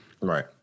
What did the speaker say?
Right